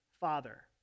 father